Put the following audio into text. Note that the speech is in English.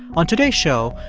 on today's show,